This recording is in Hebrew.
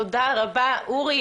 תודה רבה אורי.